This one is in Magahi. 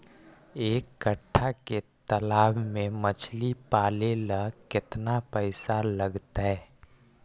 एक कट्ठा के तालाब में मछली पाले ल केतना पैसा लगतै?